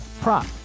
prop